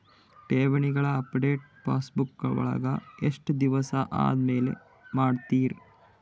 ಠೇವಣಿಗಳ update passbook ವಳಗ ಎಷ್ಟ ದಿವಸ ಆದಮೇಲೆ ಮಾಡ್ತಿರ್?